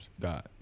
god